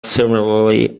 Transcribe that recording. similarly